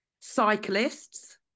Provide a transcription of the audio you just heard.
Cyclists